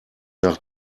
nach